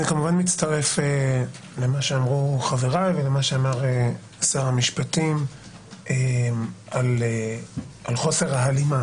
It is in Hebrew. אני כמובן מצטרף למה שאמרו חבריי ולמה שאמר שר המשפטים על חוסר ההלימה.